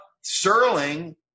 Sterling